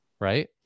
Right